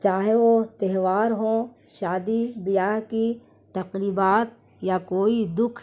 چاہے وہ تہوار ہوں شادی بیاہ کی تقریبات یا کوئی دکھ